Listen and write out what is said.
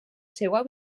seva